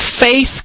faith